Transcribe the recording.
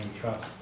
trust